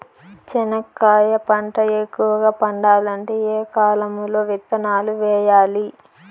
చెనక్కాయ పంట ఎక్కువగా పండాలంటే ఏ కాలము లో విత్తనాలు వేయాలి?